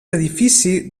edifici